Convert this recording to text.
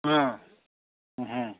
ꯎꯝ ꯎꯝ